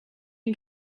you